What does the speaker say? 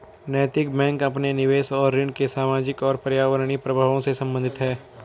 नैतिक बैंक अपने निवेश और ऋण के सामाजिक और पर्यावरणीय प्रभावों से संबंधित है